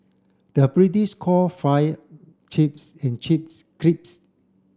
the British call fry chips and chips crisps